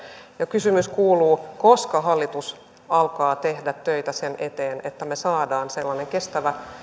kysymys kuuluu koska hallitus alkaa tehdä töitä sen eteen että me saamme sellaisen kestävän